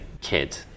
kid